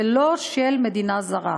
ולא של מדינה זרה.